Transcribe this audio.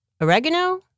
Oregano